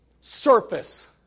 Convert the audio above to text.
surface